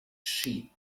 sheep